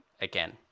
again